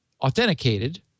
authenticated